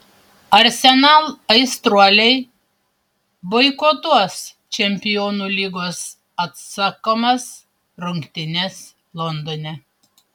arsenal aistruoliai boikotuos čempionų lygos atsakomas rungtynes londone